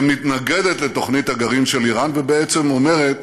שמתנגדת לתוכנית הגרעין של איראן ובעצם אומרת: